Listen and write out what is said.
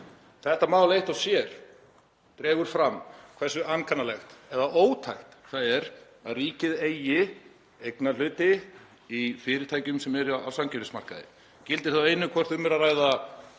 Þetta mál eitt og sér dregur fram hversu ankannalegt eða ótækt það er að ríkið eigi eignarhluti í fyrirtækjum sem eru á samkeppnismarkaði. Gildir þá einu hvort um er að ræða